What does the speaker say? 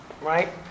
Right